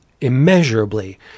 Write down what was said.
immeasurably